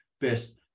best